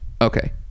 Okay